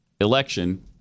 election